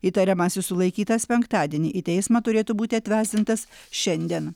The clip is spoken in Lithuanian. įtariamasis sulaikytas penktadienį į teismą turėtų būti atvesdintas šiandien